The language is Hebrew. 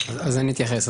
אתייחס.